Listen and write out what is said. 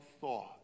thought